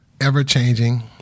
ever-changing